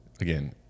again